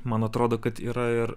man atrodo kad yra ir